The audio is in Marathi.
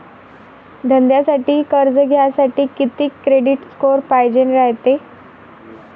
धंद्यासाठी कर्ज घ्यासाठी कितीक क्रेडिट स्कोर पायजेन रायते?